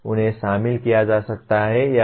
उन्हें शामिल किया जा सकता है या नहीं